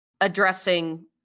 addressing